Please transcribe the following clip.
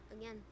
Again